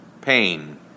pain